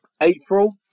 April